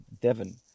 Devon